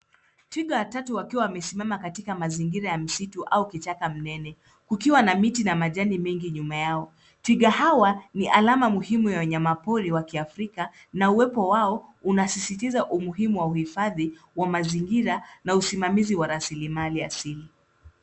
Twiga watatu wakiwa wamesimama katika mazingira ya msitu au kichsaka mnene. Kukiwa na miti majani mengi nyuma yao. Twiga hawa ni alama muhimu ya wanyama pori wa kiafrika na uwepo wao unasisitiza umuhimu wa uhifadhi wa mazingira na usimamizi wa raslimali asili.